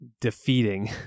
defeating